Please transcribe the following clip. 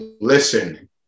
Listen